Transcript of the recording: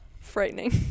frightening